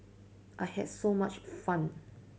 I had so much fun